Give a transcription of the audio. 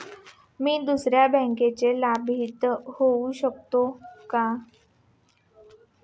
मी दुसऱ्या बँकेचा लाभार्थी होऊ शकतो का?